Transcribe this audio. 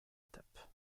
étape